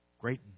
great